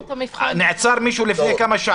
האנשים האלה,